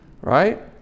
right